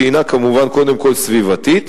שהינה כמובן קודם כול סביבתית,